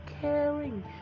caring